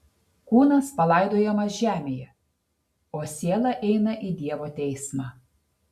kūnas palaidojamas žemėje o siela eina į dievo teismą